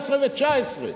18 ו-19.